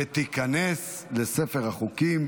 ותיכנס לספר החוקים,